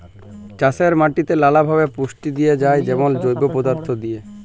চাষের মাটিতে লালাভাবে পুষ্টি দিঁয়া যায় যেমল জৈব পদাথ্থ দিঁয়ে